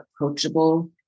approachable